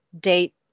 date